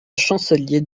chancelier